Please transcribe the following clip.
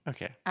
Okay